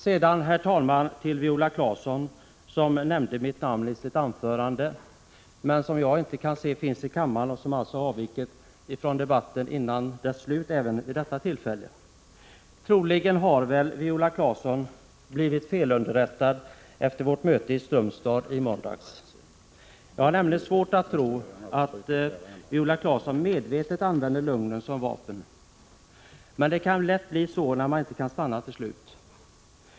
Sedan, herr talman, vill jag säga några ord till Viola Claesson, som nämnde mitt namn i sitt anförande men som efter vad jag kan se inte finns kvar i kammaren och som alltså även vid detta tillfälle avvikit före debattens slut. Troligen har Viola Claesson blivit felunderrättad efter vårt möte i Strömstad i måndags. Jag har nämligen svårt att tro att Viola Claesson medvetet använder lögnen som vapen. Men det kan lätt bli så, när man inte kan stanna till slut.